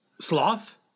Sloth